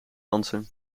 dansen